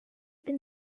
been